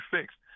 fixed